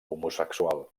homosexual